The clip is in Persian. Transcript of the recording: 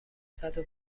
صدو